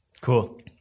Cool